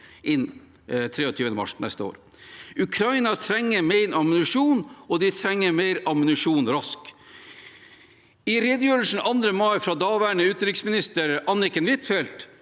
23. mars neste år. Ukraina trenger mer ammunisjon, og de trenger mer ammunisjon raskt. I redegjørelsen 2. mai fra daværende utenriksminister Anniken Huitfeldt